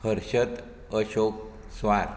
Harshat Ashok Suar